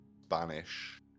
Spanish